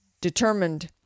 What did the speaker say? determined